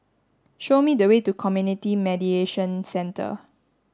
show me the way to Community Mediation Centre